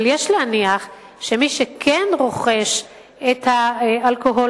אבל יש להניח שמי שכן רוכש את האלכוהול